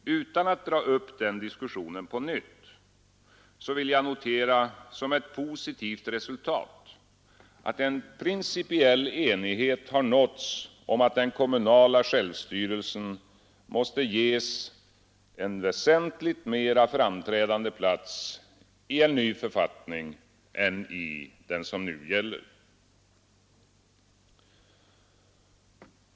Utan att dra upp den diskussionen på nytt vill jag notera som ett positivt resultat, att en principiell enighet har nåtts om att den kommunala Ivstyrelsen måste ges en väsentligt mera framträdande plats i en ny författning än i den som nu gäller.